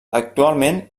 actualment